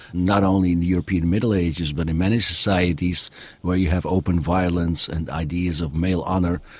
not only in the european middle ages but in many societies where you have open violence and ideas of male honour,